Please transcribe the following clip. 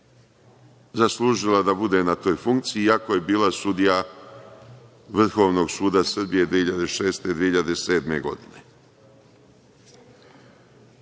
zaslužila da bude na toj funkciji iako je bila sudija Vrhovnog suda Srbije 2006/2007. godine,